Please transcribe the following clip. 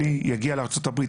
שכשישראלי יגיע לארצות הברית,